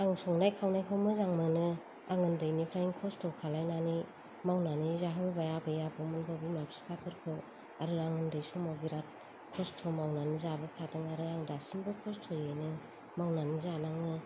आं संनाय खावनायखौ मोजां मोनो आं उन्दैनिफ्रायनो खस्थ' खालामनानै मावनानै जाहोबोबाय आबै आबौमोनखौ बिमा बिफाफोरखौ आरो आं उन्दै समाव बिराद खस्थ' मावनानै जाबोखादों आरो आं दासिमबो खस्थ'यैनो मावनानै जानाङो